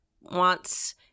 wants